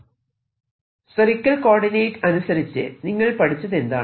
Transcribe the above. spherical coordinate അനുസരിച്ച് നിങ്ങൾ പഠിച്ചതെന്താണ്